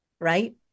right